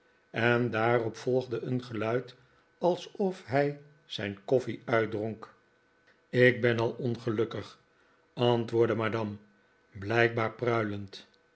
en daarop volgde een geluid alsof hij zijn koffie uitdronk ik ben al ongelukkig antwoordde madame blijkbaar pruilend